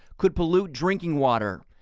could pollute drinking water.